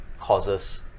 causes